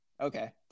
Okay